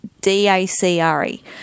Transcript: D-A-C-R-E